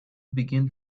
begin